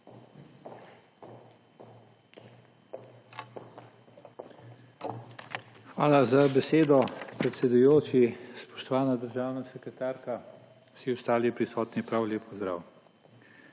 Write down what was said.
Hvala za besedo, predsedujoči. Spoštovana državna sekretarka, vsi ostali prisotni, prav lep pozdrav!